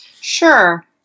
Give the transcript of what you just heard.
Sure